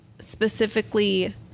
specifically